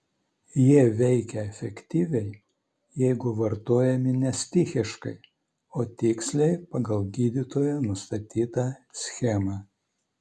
jie veikia efektyviai jeigu vartojami ne stichiškai o tiksliai pagal gydytojo nustatytą schemą